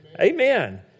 Amen